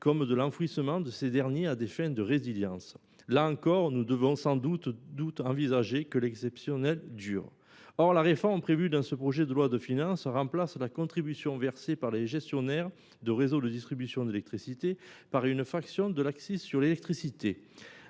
ainsi que l’enfouissement de ces derniers à des fins de résilience. En la matière, il nous faut envisager que l’exceptionnel dure. Or la réforme prévue dans ce projet de loi de finances remplace la contribution versée par les gestionnaires de réseaux de distribution d’électricité par une fraction de l’accise sur l’électricité.